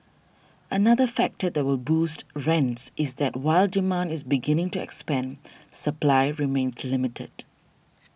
another factor that will boost rents is that while demand is beginning to expand supply remains limited